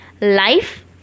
life